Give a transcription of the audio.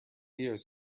years